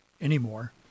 anymore